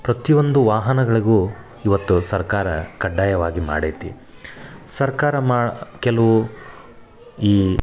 ಪ್ರತಿಯೊಂದು ವಾಹನಗಳಿಗೂ ಇವತ್ತು ಸರ್ಕಾರ ಕಡ್ಡಾಯವಾಗಿ ಮಾಡೈತಿ ಸರ್ಕಾರ ಮಾ ಕೆಲವು ಈ